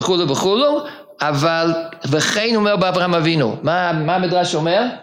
וכו׳ וכו׳ אבל וכן אומר באברהם אבינו מה המדרש אומר